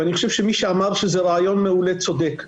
אני חושב שמי שאמר שזה רעיון מעולה צודק.